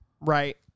Right